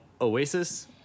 Oasis